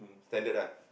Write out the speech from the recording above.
standard lah